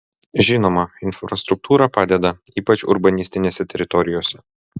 žinoma infrastruktūra padeda ypač urbanistinėse teritorijose